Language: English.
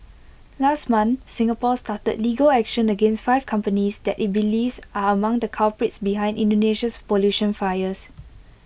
last month Singapore started legal action against five companies that IT believes are among the culprits behind Indonesia's pollution fires